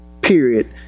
period